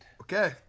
Okay